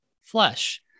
flesh